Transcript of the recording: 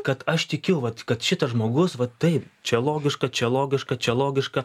kad aš tikiu vat kad šitas žmogus vat tai čia logiška čia logiška čia logiška